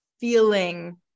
feeling